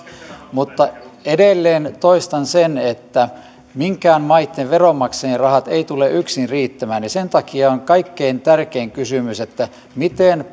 mutta edelleen toistan sen että minkään maitten veronmaksajien rahat eivät tule yksin riittämään ja sen takia on kaikkein tärkein kysymys miten